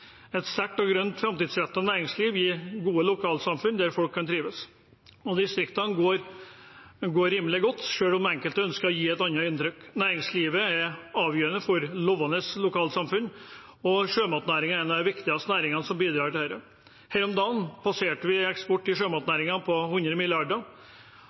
Et sterkt og grønt framtidsrettet næringsliv gir gode lokalsamfunn der folk kan trives, og distriktene går rimelig godt, selv om enkelte ønsker å gi et annet inntrykk. Næringslivet er avgjørende for levende lokalsamfunn, og sjømatnæringen er en av de viktigste næringene som bidrar til dette. Her om dagen passerte vi 100 mrd. kr i eksport i